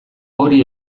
hori